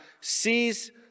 sees